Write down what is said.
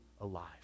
alive